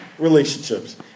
relationships